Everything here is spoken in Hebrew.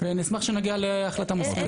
נשמח שנגיע להחלטה מושכלת.